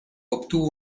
obtuvo